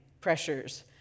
pressures